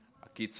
כיצד זה נראה.